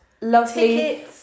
lovely